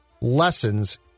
lessons